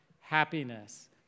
happiness